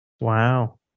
Wow